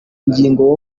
ngingo